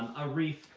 a reef?